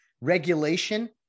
regulation